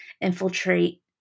infiltrate